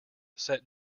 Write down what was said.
set